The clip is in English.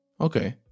Okay